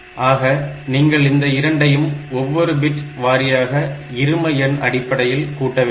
ஆக நீங்கள் இந்த இரண்டையும் ஒவ்வொரு பிட் வாரியாக இரும எண் அமைப்பில் கூட்ட வேண்டும்